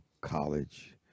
college